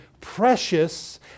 precious